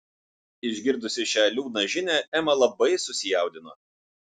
išgirdusi šią liūdną žinią ema labai susijaudino